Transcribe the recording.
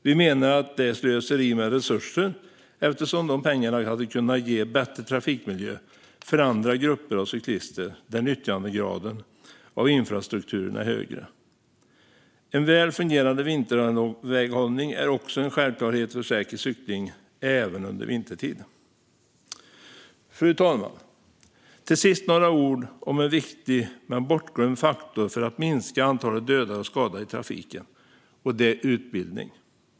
Vi menar att det är slöseri med resurser eftersom dessa pengar hade kunnat ge bättre trafikmiljö för andra grupper av cyklister, där nyttjandegraden för infrastrukturen är högre. En väl fungerande vinterväghållning är också en självklarhet för säker cykling även under vintertid. Fru talman! Till sist ska jag säga några ord om en viktig men bortglömd faktor för att minska antalet dödade och skadade i trafiken. Det är utbildning.